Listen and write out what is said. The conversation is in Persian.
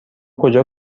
کجا